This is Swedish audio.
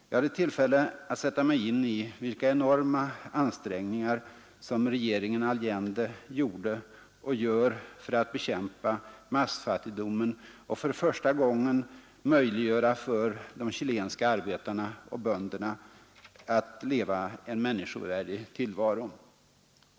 Jag hade tillfälle att sätta mig in i vilka enorma ansträngningar som regeringen Allende gjort och gör för att bekämpa massfattigdomen och för första gången möjliggöra för de chilenska arbetarna och bönderna att leva en människ ovärdig tillvaro.